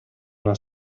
una